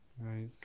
Right